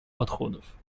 подходов